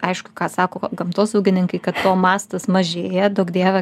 aišku ką sako gamtosaugininkai kad to mastas mažėja duok dieve